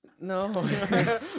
No